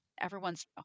everyone's